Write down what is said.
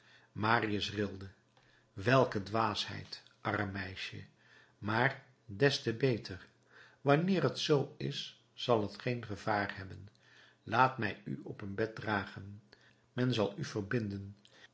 marius rilde welke dwaasheid arm meisje maar des te beter wanneer t zoo is zal t geen gevaar hebben laat mij u op een bed dragen men zal u verbinden